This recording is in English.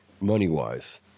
money-wise